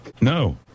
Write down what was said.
No